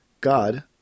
God